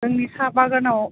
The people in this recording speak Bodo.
जोंनि साहा बागानाव